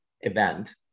event